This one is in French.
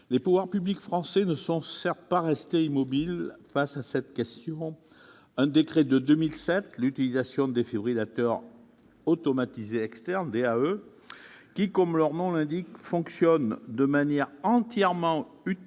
Les pouvoirs publics français ne sont certes pas restés immobiles face à cette question. Depuis un décret de 2007, l'utilisation des défibrillateurs automatisés externes, les DAE- comme leur nom l'indique, ils fonctionnent de manière entièrement automatisée